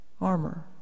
armor